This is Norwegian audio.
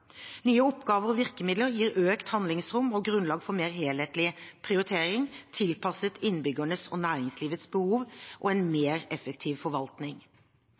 nye, sterkere fylkeskommuner. Nye oppgaver og virkemidler gir økt handlingsrom og grunnlag for mer helhetlige prioriteringer tilpasset innbyggernes og næringslivets behov og en mer effektiv forvaltning.